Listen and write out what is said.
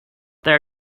there